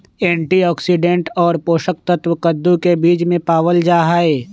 antioxidant और पोषक तत्व कद्दू के बीज में पावल जाहई